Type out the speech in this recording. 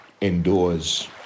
endures